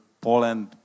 Poland